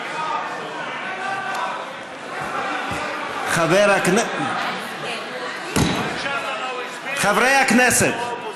כתוב 57. חברי הכנסת,